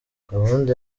gahunda